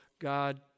God